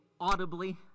audibly